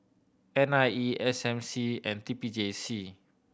N I E S M C and T P J C